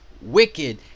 wicked